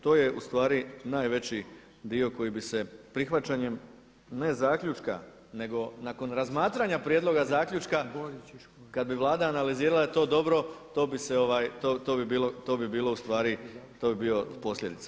To je ustvari najveći dio koji bi se prihvaćanjem ne zaključka nego nakon razmatranja prijedloga zaključka kada bi Vlada analizirala to dobro, to bi bila posljedica.